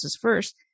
first